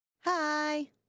Hi